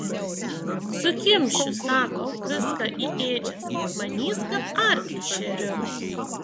sukimšiu sako viską į ėdžias manys kad arklius šeriu